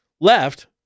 left